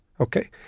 Okay